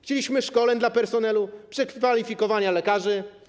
Chcieliśmy szkoleń dla personelu, przekwalifikowania lekarzy.